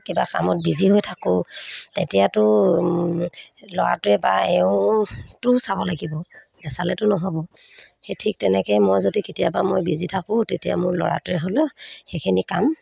কিবা কামত বিজি হৈ থাকোঁ তেতিয়াতো ল'ৰাটোৱে বা এওঁটোও চাব লাগিব নাচালেতো নহ'ব সেই ঠিক তেনেকৈ মই যদি কেতিয়াবা মই বিজি থাকোঁ তেতিয়া মোৰ ল'ৰাটোৱে হ'লেও সেইখিনি কাম